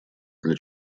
для